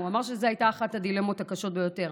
הוא אמר שזו הייתה אחת הדילמות הקשות ביותר: